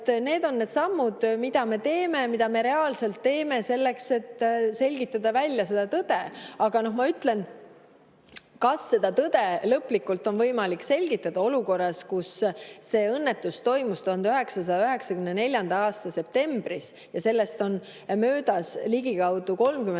need on need sammud, mida me teeme, mida me reaalselt teeme selleks, et selgitada välja tõde. Aga ma [küsin], kas seda tõde lõplikult on võimalik selgitada olukorras, kus see õnnetus toimus 1994. aasta septembris ja sellest on möödas ligikaudu 30